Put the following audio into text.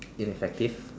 ineffective